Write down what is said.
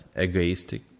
Egoistic